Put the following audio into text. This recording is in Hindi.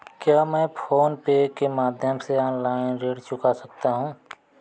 क्या मैं फोन पे के माध्यम से ऑनलाइन ऋण चुका सकता हूँ?